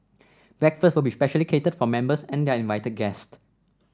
breakfast will be specially catered for members and their invited guest